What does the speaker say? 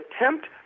attempt